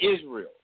Israel